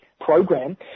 program